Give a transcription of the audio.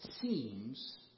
seems